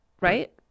right